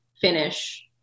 finish